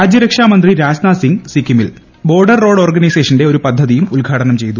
രാജ്യരക്ഷാ മന്ത്രി രാജ്നാഥ് സിംഗ് സിക്കിമിൽ ന് ബോർഡർ റോഡ് ഓർഗനൈസേഷന്റെ ഒരു പദ്ധതിയും ഉദ്ഘാടനം ചെയ്തു